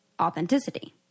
authenticity